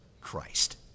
Christ